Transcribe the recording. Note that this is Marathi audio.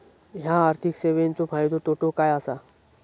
हया आर्थिक सेवेंचो फायदो तोटो काय आसा?